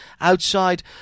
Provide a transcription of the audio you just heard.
outside